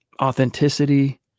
authenticity